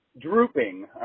drooping